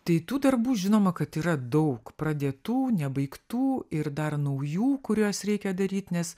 tai tų darbų žinoma kad yra daug pradėtų nebaigtų ir dar naujų kuriuos reikia daryt nes